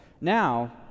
Now